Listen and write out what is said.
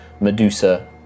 Medusa